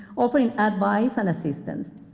offering advice and assistance.